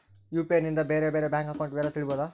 UPI ನಿಂದ ನನ್ನ ಬೇರೆ ಬೇರೆ ಬ್ಯಾಂಕ್ ಅಕೌಂಟ್ ವಿವರ ತಿಳೇಬೋದ?